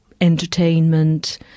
entertainment